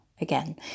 again